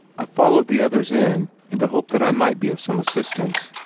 i followed the others in, in the hope that i might be of some assistance,